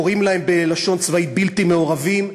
קוראים להם בלשון צבאית "בלתי מעורבים".